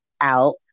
out